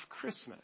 Christmas